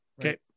okay